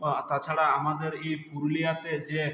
বা তাছাড়া আমাদের এই পুরুলিয়াতে যে